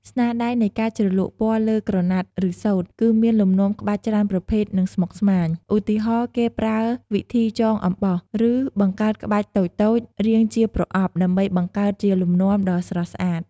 ស្នាដៃនៃការជ្រលក់ពណ៌លើក្រណាត់ ឬសូត្រ គឺមានលំនាំក្បាច់ច្រើនប្រភេទ និងស្មុគស្មាញ ឧទាហរណ៍ គេប្រើវិធីចងអំបោះ ឬបង្កើតក្បាច់តូចៗរាងជាប្រអប់ ដើម្បីបង្កើតជាលំនាំដ៏ស្រស់ស្អាត។